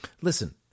Listen